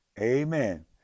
amen